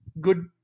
good